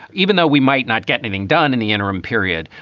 even though we might not get anything done in the interim period,